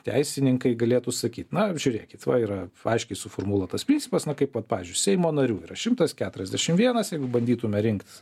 teisininkai galėtų sakyt na žiūrėkit va yra aiškiai suformuluotas principas na kaip vat pavyzdžiui seimo narių yra šimtas keturiasdešimt vienas jeigu bandytume rinkt